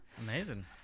Amazing